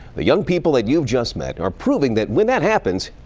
the young people that you've just met are proving that, when that happens,